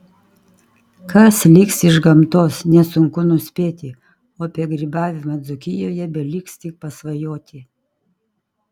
kas liks iš gamtos nesunku nuspėti o apie grybavimą dzūkijoje beliks tik pasvajoti